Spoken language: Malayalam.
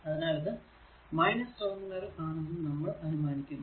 അതിനാൽ ഇത് ടെർമിനൽ ആണെന്ന് നമ്മൾ അനുമാനിക്കുന്നു